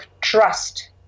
trust